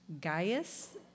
Gaius